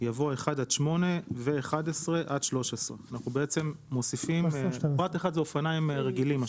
יבוא "1 עד 8 ו-11 עד 13";" פרט 1 זה אופניים רגילים.